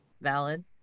Valid